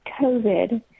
COVID